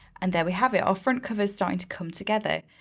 and there we have it, our front cover's starting to come together.